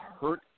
hurt